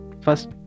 First